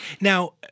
Now